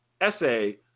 essay